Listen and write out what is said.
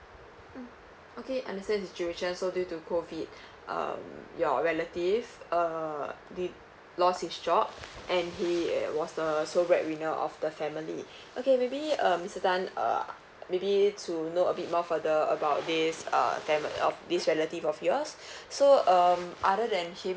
mm okay understand the situation so due to COVID um your relative err did lost his job and he is was the sole breadwinner of the family okay maybe um mister tan uh maybe to know a bit more further about this uh them of this relative of yours so um other than him